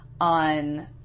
on